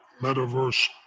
Metaverse